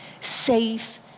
safe